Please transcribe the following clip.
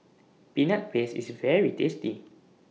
Peanut Paste IS very tasty